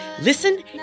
Listen